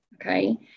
Okay